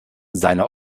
seine